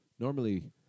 Normally